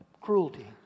Cruelty